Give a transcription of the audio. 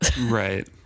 Right